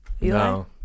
No